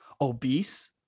obese